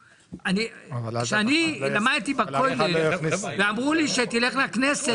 כשאני למדתי בכולל ואמרו לי ללכת לכנסת,